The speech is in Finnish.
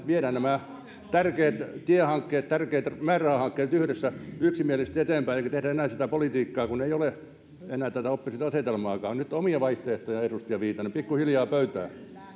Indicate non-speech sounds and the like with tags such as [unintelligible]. [unintelligible] viedään nämä tärkeät tiehankkeet tärkeät määrärahahankkeet yhdessä yksimielisesti eteenpäin eikä tehdä enää politiikkaa kun ei ole enää tätä oppositioasetelmaakaan nyt omia vaihtoehtoja edustaja viitanen pikkuhiljaa pöytään